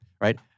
Right